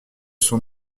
son